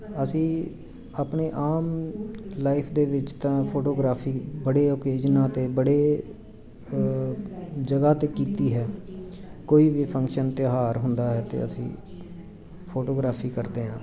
ਅਸੀਂ ਆਪਣੇ ਆਮ ਲਾਈਫ ਦੇ ਵਿੱਚ ਤਾਂ ਫੋਟੋਗ੍ਰਾਫੀ ਬੜੇ ਓਕੇਜਨਾਂ 'ਤੇ ਬੜੇ ਜਗ੍ਹਾ 'ਤੇ ਕੀਤੀ ਹੈ ਕੋਈ ਵੀ ਫੰਕਸ਼ਨ ਤਿਉਹਾਰ ਹੁੰਦਾ ਹੈ ਤਾਂ ਅਸੀਂ ਫੋਟੋਗ੍ਰਾਫੀ ਕਰਦੇ ਹਾਂ